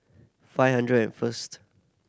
five hundred and first